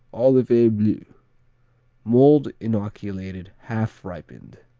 olivet-bleu mold inoculated half-ripened.